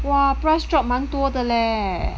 !wah! price drop 蛮多的 leh